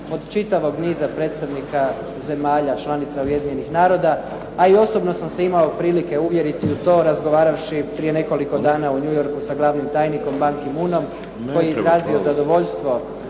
od čitavog niza predstavnika zemalja članica Ujedinjenih naroda a i osobno sam se imao prilike uvjeriti u to razgovaravši prije nekoliko dana u New York sa glavnim tajnikom Ban Ki-moonom koji je izrazio zadovoljstvo